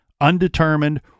undetermined